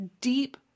deep